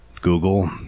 Google